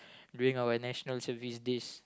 during out National Service days